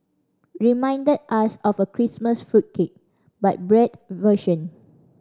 reminded us of a Christmas fruit cake but bread version